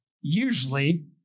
usually